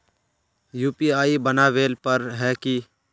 UPI बनावेल पर है की?